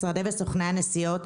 משרדי וסוכני הנסיעות,